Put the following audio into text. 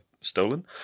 stolen